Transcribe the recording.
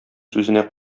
сүзенә